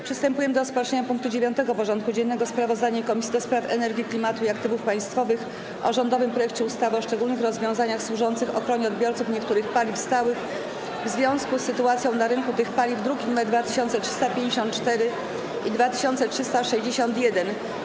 Przystępujemy do rozpatrzenia punktu 9. porządku dziennego: Sprawozdanie Komisji do Spraw Energii, Klimatu i Aktywów Państwowych o rządowym projekcie ustawy o szczególnych rozwiązaniach służących ochronie odbiorców niektórych paliw stałych w związku z sytuacją na rynku tych paliw (druki nr 2354 i 2361)